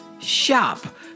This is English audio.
shop